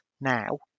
now